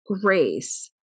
grace